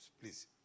Please